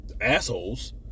assholes